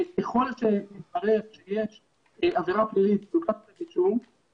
וככל שמתברר שיש עבירה פלילית --- לחילופין,